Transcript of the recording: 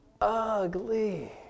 Ugly